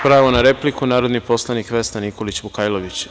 Pravo na repliku, narodni poslanik Vesna Nikolić Vukajlović.